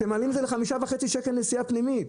אתם מעלים את זה למחיר של 5.5 שקלים נסיעה פנימית.